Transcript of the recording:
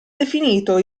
definito